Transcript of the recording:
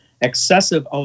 excessive